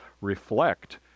reflect